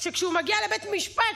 כשהוא מגיע לבית משפט,